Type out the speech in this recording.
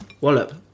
Wallop